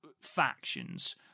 factions